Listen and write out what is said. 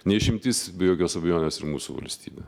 ne išimtis be jokios abejonės ir mūsų valstybė